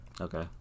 Okay